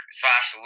slash